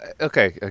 okay